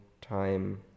time